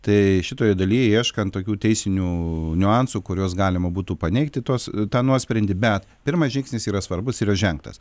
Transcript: tai šitoje daly ieškan tokių teisinių niuansų kuriuos galima būtų paneigti tuos tą nuosprendį bet pirmas žingsnis yra svarbus yra žengtas